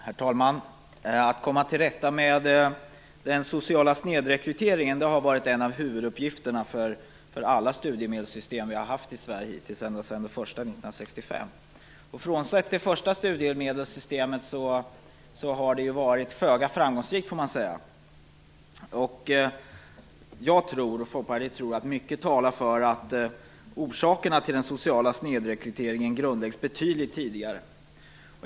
Herr talman! Att komma till rätta med den sociala snedrekryteringen har varit en av huvuduppgifterna för alla studiemedelssystem som vi har haft i Sverige hittills, ända sedan det första, 1965. Frånsett det första studiemedelssystemet har de varit föga framgångsrika, får man säga. Jag och Folkpartiet tror att mycket talar för att orsakerna till den sociala snedrekryteringen grundläggs betydligt tidigare.